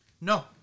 No